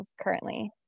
currently